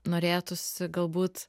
norėtųsi galbūt